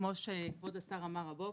כמו שכבוד השר אמר הבוקר,